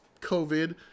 COVID